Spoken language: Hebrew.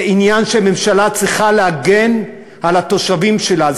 זה עניין שממשלה צריכה להגן על התושבים שלה.